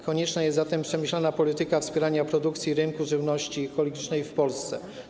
Konieczna jest zatem przemyślana polityka wspierania produkcji rynku żywności ekologicznej w Polsce.